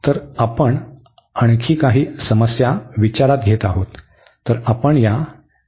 तर आपण आणखी काही समस्या विचारात घेत आहोत